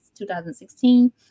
2016